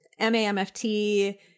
MAMFT